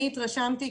התרשמתי,